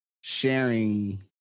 sharing